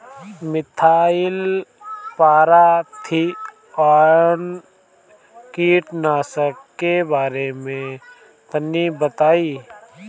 Methyl parathion कीटनाशक के बारे में तनि बताई?